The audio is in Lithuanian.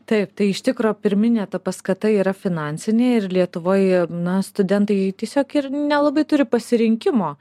taip tai iš tikro pirminė ta paskata yra finansinė ir lietuvoj na studentai tiesiog ir nelabai turi pasirinkimo